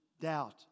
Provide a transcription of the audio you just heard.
doubt